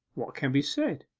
what can be said?